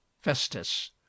Festus